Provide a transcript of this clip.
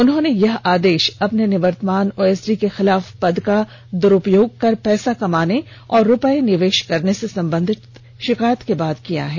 उन्होंने यह आदेश अपने निर्वतमान ओएसडी के खिलाफ पद का दुरूप्योग कर पैसा कमाने और रूपये निवेश करने से संबधित शिकायत के बाद दिया है